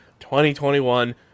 2021